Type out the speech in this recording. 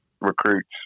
recruits